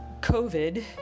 covid